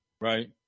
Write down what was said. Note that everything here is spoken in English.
right